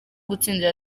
gutsinda